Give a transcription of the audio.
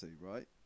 right